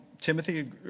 Timothy